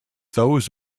those